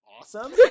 awesome